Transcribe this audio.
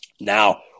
Now